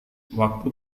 waktu